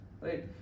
Right